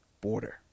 border